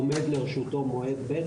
עומד לרשותו מועד ב'.